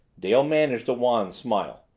dale managed a wan smile.